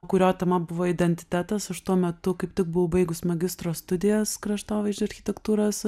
kurio tema buvo identitetas aš tuo metu kaip tik buvau baigus magistro studijas kraštovaizdžio architektūros